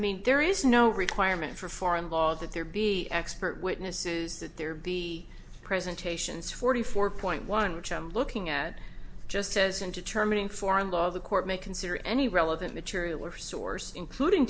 mean there is no requirement for foreign law that there be expert witnesses that there be presentations forty four point one which i'm looking at just says into terminating foreign law the court may consider any relevant material or source including